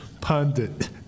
pundit